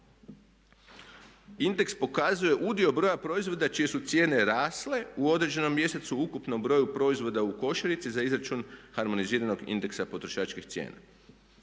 Indeks pokazuje udio broja proizvoda čije su cijene rasle u određenom mjesecu u ukupnom broju proizvoda u košarici za izračun harmoniziranog indeksa potrošačkih cijena.